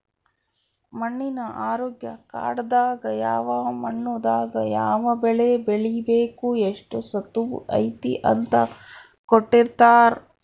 ಮಣ್ಣಿನ ಆರೋಗ್ಯ ಕಾರ್ಡ್ ದಾಗ ಯಾವ ಮಣ್ಣು ದಾಗ ಯಾವ ಬೆಳೆ ಬೆಳಿಬೆಕು ಎಷ್ಟು ಸತುವ್ ಐತಿ ಅಂತ ಕೋಟ್ಟಿರ್ತಾರಾ